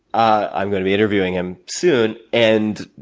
i'm gonna be interviewing him soon. and,